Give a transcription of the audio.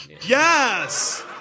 Yes